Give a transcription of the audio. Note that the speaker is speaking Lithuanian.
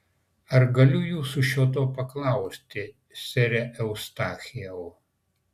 ar galiu jūsų šio to paklausti sere eustachijau